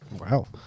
Wow